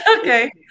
Okay